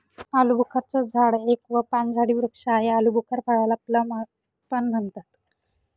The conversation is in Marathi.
आलूबुखारा चं झाड एक व पानझडी वृक्ष आहे, आलुबुखार फळाला प्लम पण म्हणतात